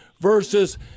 versus